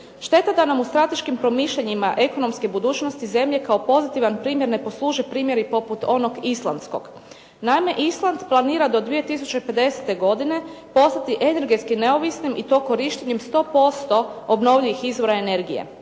Šteta da nam u strateškim promišljanjima ekonomske budućnosti zemlje kao pozitivan primjer ne posluže primjeri poput onog islandskog. Naime, Island planira do 2050. postati energetski neovisnim i to korištenjem 100% obnovljivih izvora energije.